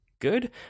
good